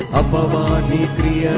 above ah ah the